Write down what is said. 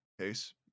case